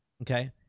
okay